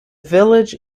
village